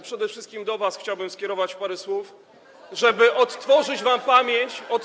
Przede wszystkim do was chciałbym skierować parę słów, żeby odtworzyć pamięć o tym.